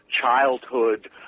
childhood